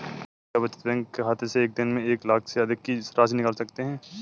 क्या बचत बैंक खाते से एक दिन में एक लाख से अधिक की राशि निकाल सकते हैं?